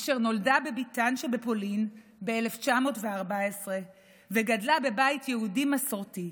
אשר נולדה בביטן שבפולין ב-1914 וגדלה בבית יהודי מסורתי,